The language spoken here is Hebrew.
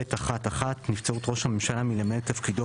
"(ב1) (1)נבצרות ראש הממשלה מלמלא את תפקידו